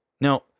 Now